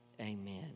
amen